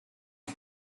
two